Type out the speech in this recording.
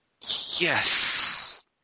Yes